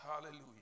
Hallelujah